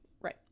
right